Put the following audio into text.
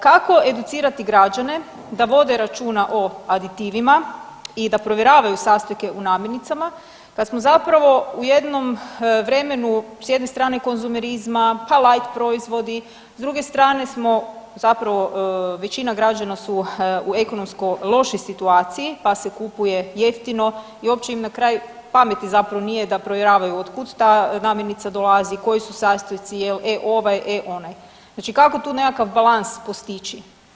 Kako educirati građane da vode računa o aditivima i da provjeravaju sastojke u namirnicama kad smo zapravo u jednom vremenu s jedne strane konzumerizma, pa light proizvodi, s druge strane smo zapravo većina građana su u ekonomsko lošoj situaciji, pa se kupuje jeftino i uopće im na kraju pameti zapravo nije da provjeravaju otkud ta namirnica dolazi, koji su sastojci, jel E ovaj E onaj, znači kako tu nekakav balans postići?